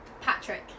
Patrick